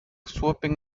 swooping